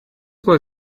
was